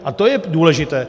A to je důležité.